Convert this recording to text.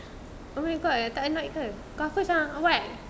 oh my god tak annoyed ke kalau aku macam what